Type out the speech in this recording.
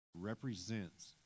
represents